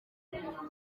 nkuroga